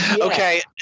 Okay